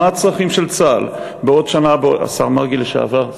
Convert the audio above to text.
השר לשעבר מרגי,